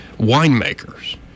winemakers